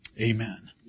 Amen